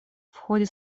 ходе